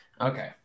okay